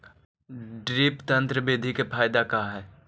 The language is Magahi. ड्रिप तन्त्र बिधि के फायदा का है?